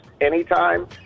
anytime